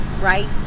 right